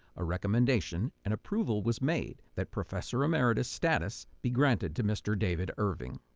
a recommendation and approval was made that professor emeritus status be granted to mr. david irving.